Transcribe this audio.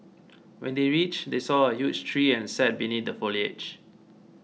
when they reached they saw a huge tree and sat beneath the foliage